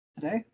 Today